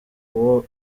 uwo